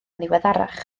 ddiweddarach